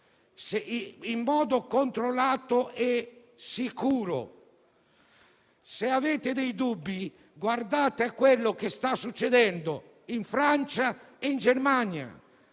in modo controllato e sicuro. Se avete dei dubbi, guardate quello che sta succedendo in Francia e in Germania.